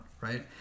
right